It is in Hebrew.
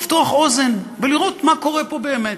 לפתוח אוזן ולראות מה קורה פה באמת.